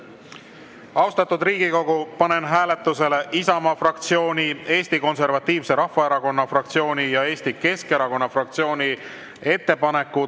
Austatud Riigikogu, panen hääletusele Isamaa fraktsiooni, Eesti Konservatiivse Rahvaerakonna fraktsiooni ja Eesti Keskerakonna fraktsiooni ettepaneku